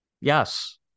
Yes